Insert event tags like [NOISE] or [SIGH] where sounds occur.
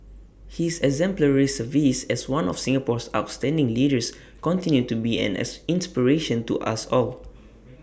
[NOISE] his exemplary service as one of Singapore's outstanding leaders continues to be an as inspiration to us all